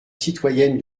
citoyenne